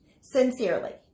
sincerely